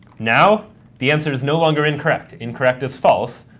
now the answer is no longer incorrect. incorrect is false.